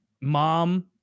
mom